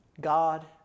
God